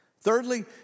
Thirdly